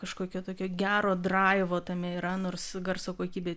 kažkokio tokio gero draivo tame yra nors garso kokybė